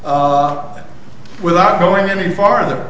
without going any farther